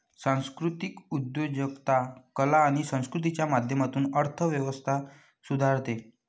सांस्कृतिक उद्योजकता कला आणि संस्कृतीच्या माध्यमातून अर्थ व्यवस्था सुधारते